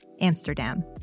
Amsterdam